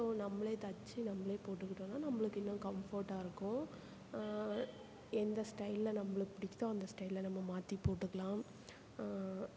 so நம்மளே தைச்சி நம்மளே போட்டுக்கிட்டோம்னா நம்மளுக்கு இன்னும் கம்ஃபர்ட்டா இருக்கும் எந்த ஸ்டைலில் நம்மளுக்கு பிடிக்கிதோ அந்த ஸ்டைலில் நம்ம மாற்றி போட்டுக்கலாம்